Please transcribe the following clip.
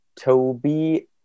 Toby